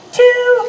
two